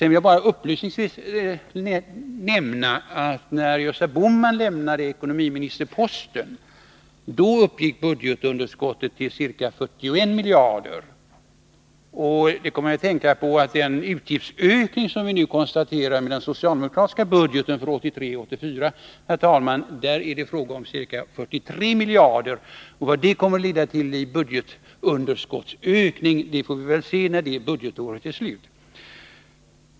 Jag vill bara upplysningsvis nämna att budgetunderskottet när Gösta Bohman lämnade ekonomiministerposten uppgick till ca 41 miljarder. Jag kom att tänka på detta eftersom den utgiftsökning som vi nu kan konstatera i den socialdemokratiska budgeten för 1983/84 rör sig om ca 43 miljarder. Vad det kommer att leda till i budgetunderskottsökning får vi se när det budgetåret är slut.